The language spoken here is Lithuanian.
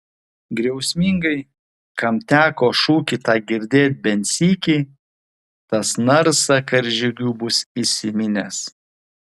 griausmingai kam teko šūkį tą girdėt bent sykį tas narsą karžygių bus įsiminęs